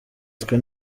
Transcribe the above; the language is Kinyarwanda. twe